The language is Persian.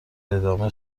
ادامه